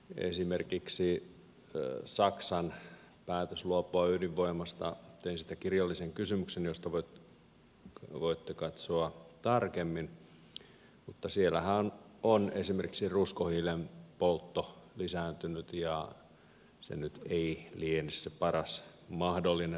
esimerkiksi saksan päätöksestä luopua ydinvoimasta tein kirjallisen kysymyksen josta voitte katsoa tarkemmin mutta siellähän on esimerkiksi ruskohiilen poltto lisääntynyt ja se nyt ei liene se paras mahdollinen vaihtoehto